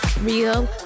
Real